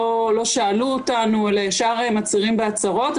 לא שאלו אותנו אלא ישר מצהירים הצהרות.